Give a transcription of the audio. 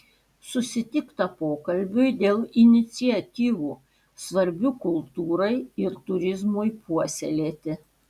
susitikta pokalbiui dėl iniciatyvų svarbių kultūrai ir turizmui puoselėti